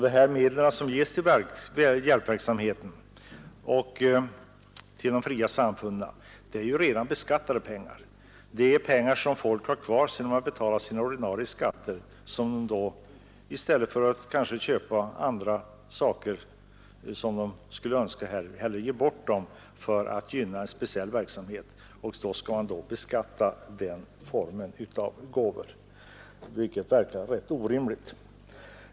De medel som ges till hjälpverksamheten och till de fria samfunden är redan beskattade pengar; de pengar som dessa människor har kvar sedan de betalat sina ordinarie skatter ger de hellre bort för att gynna en speciell verksamhet än de köper någonting för dem. Sedan skall alltså dessa gåvor beskattas, vilket verkar rätt orimligt.